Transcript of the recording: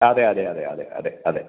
അതെ അതെ അതെ അതെ അതെ അതെ